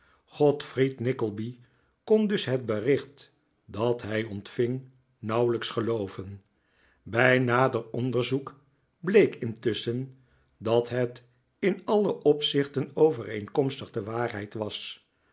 godfried nickleby kon dus het bericht dat hij ontving nauwelijks gelooven bij nader onderzoek bleek intusschen dat het in alle opzichten overeenkomstig de waarheid was